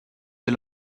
des